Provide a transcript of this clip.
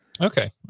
Okay